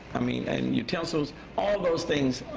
i mean and utensils, all those things.